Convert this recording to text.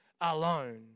alone